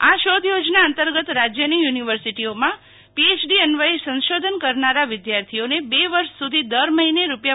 આ શોધ યોજના અંતર્ગત રાજ્યની યુનિવર્સિટીઓમાં પીએચડી અન્વયે સંશોધન કરનારા વિદ્યાર્થીઓને બે વર્ષ સુધી દર મહિને રૂા